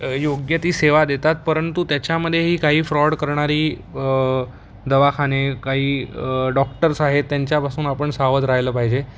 योग्य ती सेवा देतात परंतु त्याच्यामध्येही काही फ्रॉड करणारी दवाखाने काही डॉक्टर्स आहेत त्यांच्यापासून आपण सावध राहिलं पाहिजे